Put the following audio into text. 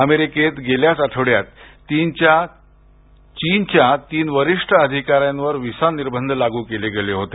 अमेरिकेनं गेल्याच आठवड्यात चीनच्या तीन वरिष्ठ अधिकाऱ्यांवर व्हिसा निर्बंध लागू केले होते